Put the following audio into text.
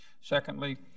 Secondly